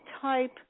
type